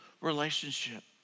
relationship